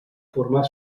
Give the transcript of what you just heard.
formar